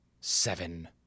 seven